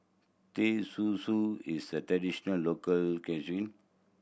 Teh Susu is a traditional local cuisine